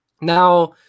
Now